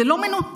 זה לא מנותק.